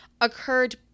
occurred